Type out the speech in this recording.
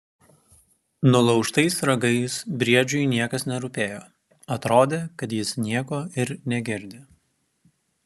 nulaužtais ragais briedžiui niekas nerūpėjo atrodė kad jis nieko ir negirdi